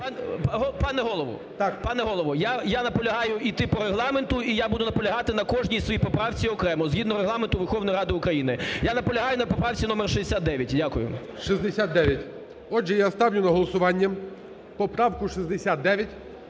Пане Голово! Я наполягаю іти по Регламенту, і я буду наполягати на кожній своїй поправці окремо, згідно Регламенту Верховної Ради України. Я наполягаю на поправці номер 69. Дякую. ГОЛОВУЮЧИЙ. 69. Отже, я ставлю на голосування поправку 69